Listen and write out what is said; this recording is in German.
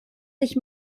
sich